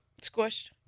Squished